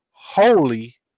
Holy